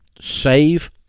save